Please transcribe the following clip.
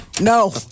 No